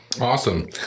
Awesome